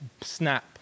snap